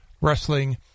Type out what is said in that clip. wrestling